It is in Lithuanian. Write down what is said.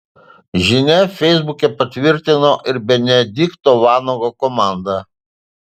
žinią feisbuke patvirtino ir benedikto vanago komanda